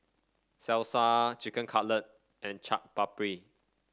Salsa Chicken Cutlet and Chaat Papri